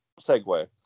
segue